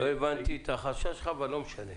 לא הבנתי את החשש שלך, אבל לא משנה.